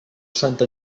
santa